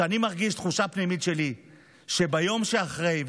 אני מרגיש תחושה פנימית שלי שביום שאחרי,